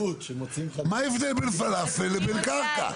מה ההבדל בין פלאפל לבין קרקע?